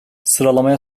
sıralamaya